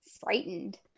frightened